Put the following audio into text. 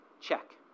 Check